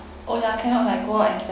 oh ya cannot like go and